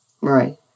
Right